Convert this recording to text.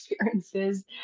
experiences